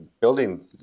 building